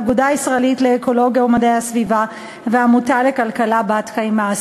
האגודה הישראלית לאקולוגיה ומדעי הסביבה והעמותה לכלכלה בת-קיימא.